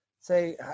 Say